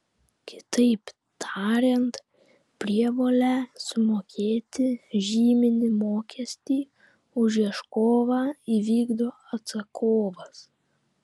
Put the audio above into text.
kitaip tariant prievolę sumokėti žyminį mokestį už ieškovą įvykdo atsakovas